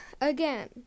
again